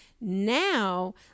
Now